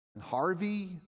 Harvey